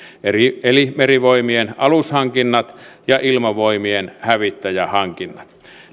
eli merivoimien alushankinnat ja ilmavoimien hävittäjähankinnat